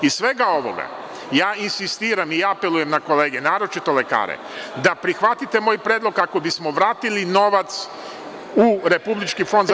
Iz svega ovoga, insistiram i apelujem na kolege, naročito lekare, da prihvatite moj predlog kako bismo vratili novac u RFZO